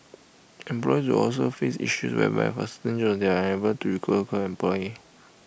employers will also face the issue whereby for certain jobs they are unable to recruit local employee